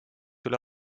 üle